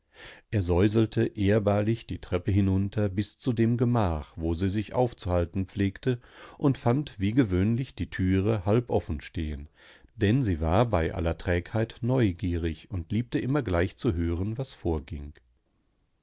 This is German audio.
er säuselte ehrbarlich die treppe hinunter bis zu dem gemach wo sie sich aufzuhalten pflegte und fand wie gewöhnlich die türe halb offen stehen denn sie war bei aller trägheit neugierig und liebte immer gleich zu hören was vorging